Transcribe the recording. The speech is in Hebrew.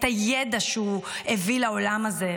את הידע שהוא הביא לעולם הזה,